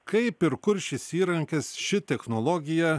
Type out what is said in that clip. kaip ir kur šis įrankis ši technologija